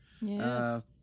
Yes